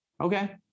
Okay